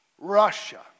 Russia